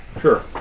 Sure